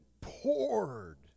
poured